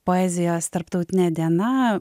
poezijos tarptautinė diena